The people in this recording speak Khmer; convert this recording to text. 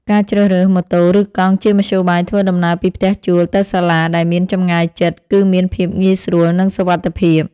ការជ្រើសរើសម៉ូតូឬកង់ជាមធ្យោបាយធ្វើដំណើរពីផ្ទះជួលទៅសាលាដែលមានចម្ងាយជិត គឺមានភាពងាយស្រួលនិងសុវត្ថិភាព។